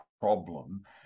problem